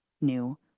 new